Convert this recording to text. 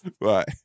Right